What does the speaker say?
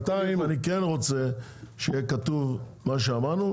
בינתיים אני כן רוצה שיהיה כתוב מה שאמרנו,